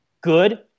good